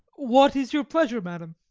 what is your pleasure, madam?